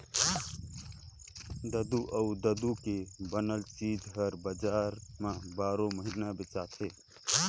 दूद अउ दूद के बनल चीज हर बजार में बारो महिना बेचाथे